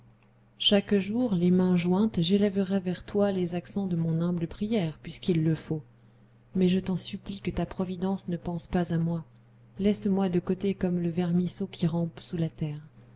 chaque jour les mains jointes j'élèverai vers toi les accents de mon humble prière puisqu'il le faut mais je t'en supplie que ta providence ne pense pas à moi laisse-moi de côté comme le vermisseau qui rampe sous la terre